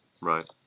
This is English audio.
Right